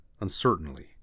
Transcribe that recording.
uncertainly